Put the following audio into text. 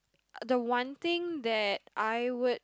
uh the one thing that I would